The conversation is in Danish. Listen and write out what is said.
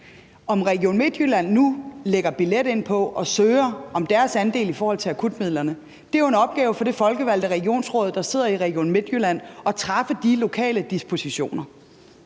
At Region Midtjylland nu lægger billet ind på og søger om deres andel i forhold til akutmidlerne, er jo en opgave for det folkevalgte regionsråd, der sidder i Region Midtjylland. Det er jo en opgave for